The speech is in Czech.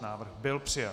Návrh byl přijat.